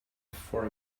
for